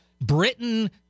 Britain